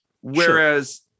Whereas